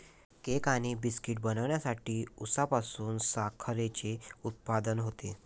cake आणि बिस्किटे बनवण्यासाठी उसापासून साखरेचे उत्पादन होते